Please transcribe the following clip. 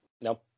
No